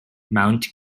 mount